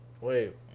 Wait